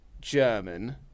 German